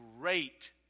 great